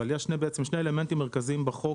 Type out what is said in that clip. אבל יש שני אלמנטים מרכזיים בחוק,